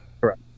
Correct